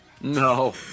No